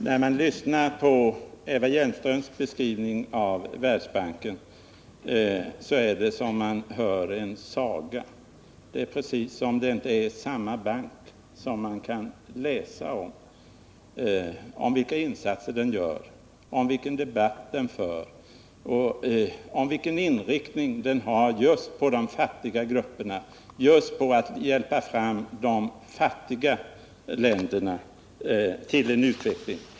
Herr talman! När jag lyssnar på Eva Hjelmströms beskrivning av Världsbanken är det som om jag hör en saga. Det är precis som om det inte är samma bank som den man kan läsa om. När det gäller den banken kan man läsa om vilka insatser den gör, om vilken debatt den för och om inriktningen som den har på just de fattiga grupperna, på att just hjälpa fram de fattigaste länderna till en utveckling.